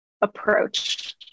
approach